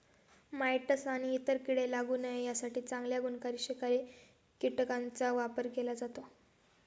mites आणि इतर कीडे लागू नये यासाठी चांगल्या गुणकारी शिकारी कीटकांचा वापर केला जातो